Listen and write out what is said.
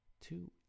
two